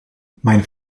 mijn